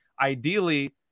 Ideally